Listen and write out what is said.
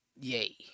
yay